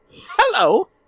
Hello